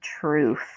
truth